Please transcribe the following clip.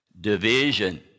division